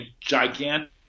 gigantic